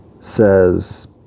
says